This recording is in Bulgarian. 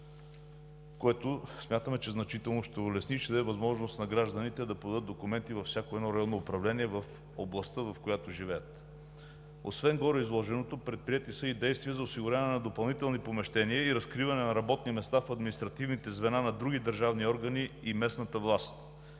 което смятаме, че значително ще улесни, ще даде възможност на гражданите да подадат документи във всяко едно районно управление в областта, в която живеят. Освен гореизложеното, предприети са и действия за осигуряване на допълнителни помещения и разкриване на работни места в административните звена на други държавни органи и местната власт.